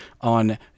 on